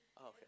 Okay